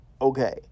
Okay